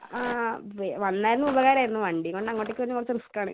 ആ വന്നാൽ ഉപകാരം ആയിരുന്നു വണ്ടികൊണ്ട് അങ്ങോട്ടേക്ക് വരണത് കുറച്ച് റിസ്ക്കാണ്